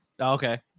Okay